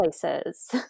places